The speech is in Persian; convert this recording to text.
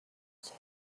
بچه